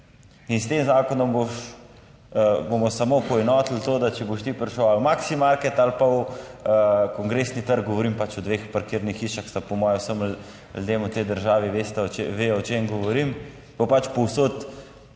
In s tem zakonom bomo samo poenotili to, da če boš ti prišel ali Maximarket ali pa v Kongresni trg, govorim pač o dveh parkirnih hišah, ki sta po moje vsem ljudem v tej državi, vesta, vedo o čem govorim, bo pač povsod